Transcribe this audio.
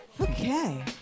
Okay